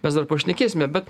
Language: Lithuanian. mes dar pašnekėsime bet